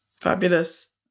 Fabulous